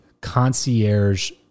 concierge